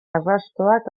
arrastoak